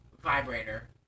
vibrator